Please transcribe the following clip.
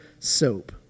soap